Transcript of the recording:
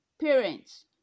Parents